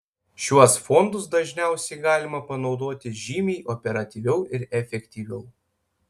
šiuos fondus dažniausiai galima panaudoti žymiai operatyviau ir efektyviau